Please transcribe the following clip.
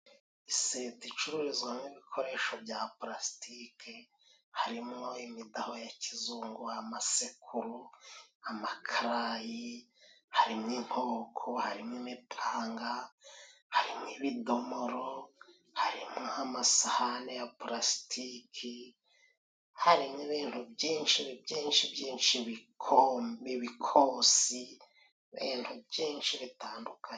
Iseta icuruzwamo ibikoresho bya pulasitike harimo: imidaho ya kizungu ,amasekuru ,amakarayi harimo inkoko harimo imipanga harimo ibidomoro harimo amasahani ya pulasitiki harimo ibintu byinshi byinshi byinshi ibikosi ibintu byinshi bitandukanye.